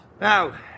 Now